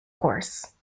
course